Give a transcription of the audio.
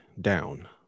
down